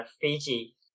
Fiji